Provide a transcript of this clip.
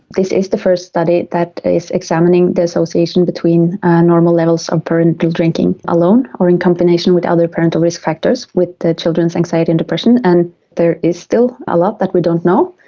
this is the first study that is examining the association between normal levels of parental drinking alone or in combination with other parental risk factors with their children's anxiety and depression, and there is still a lot that we don't know.